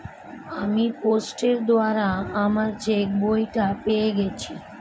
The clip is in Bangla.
আমি পোস্টের দ্বারা আমার চেকবইটা পেয়ে গেছি